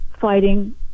fighting